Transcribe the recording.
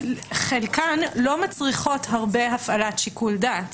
חלקן לא מצריכות הפעלת הרבה שיקול דעת.